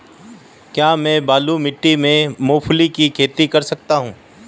क्या मैं बालू मिट्टी में मूंगफली की खेती कर सकता हूँ?